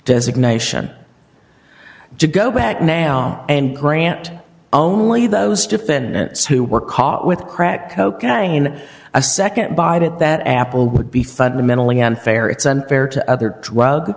designation to go back now and grant only those defendants who were caught with crack cocaine a nd bite at that apple would be fundamentally unfair it's unfair to other drug